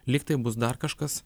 lyg tai bus dar kažkas